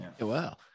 Wow